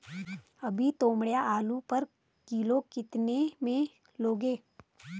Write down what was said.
अभी तोमड़िया आलू पर किलो कितने में लोगे?